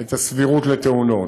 את הסבירות לתאונות.